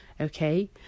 Okay